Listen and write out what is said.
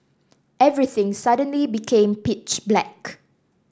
everything suddenly became pitch black